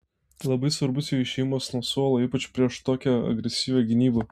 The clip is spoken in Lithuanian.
labai svarbus jo išėjimas nuo suolo ypač prieš tokią agresyvią gynybą